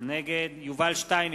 נגד יובל שטייניץ,